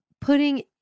putting